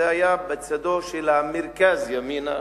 היה בצאתו של המרכז ימינה.